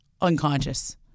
unconscious